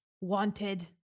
wanted